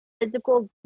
physical